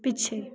ਪਿੱਛੇ